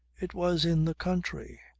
it was in the country,